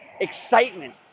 excitement